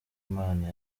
imana